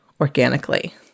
organically